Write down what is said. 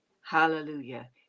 hallelujah